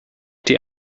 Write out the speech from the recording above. die